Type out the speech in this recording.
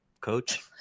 coach